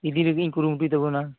ᱤᱫᱤ ᱞᱟᱹᱜᱤᱫ ᱤᱧ ᱠᱩᱨᱩᱢᱩᱴᱩᱭ ᱛᱟᱵᱚᱱᱟ